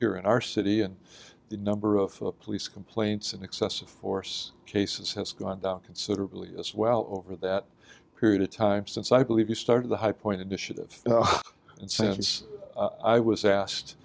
here in our city and the number of police complaints and excessive force cases has gone down considerably as well over that period of time since i believe you started the high point initiative and since i was asked